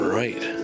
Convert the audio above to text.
right